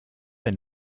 they